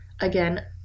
again